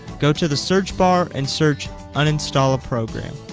go to the search bar and search uninstall a program